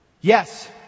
Yes